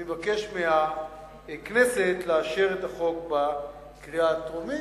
אני מבקש מהכנסת לאשר את החוק בקריאה הטרומית,